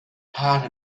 part